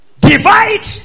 Divide